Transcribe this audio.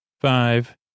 five